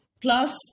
plus